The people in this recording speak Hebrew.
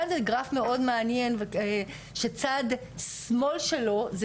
כאן זה גרף מאוד מעניין שצד שמאל שלו זה